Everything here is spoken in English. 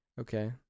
okay